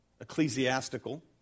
ecclesiastical